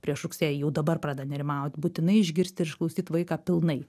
prieš rugsėjį jau dabar pradeda nerimaut būtinai išgirst ir išklausyt vaiką pilnai